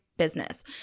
business